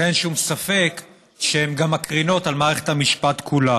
ואין שום ספק שהן גם מקרינות על מערכת המשפט כולה.